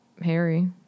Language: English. Harry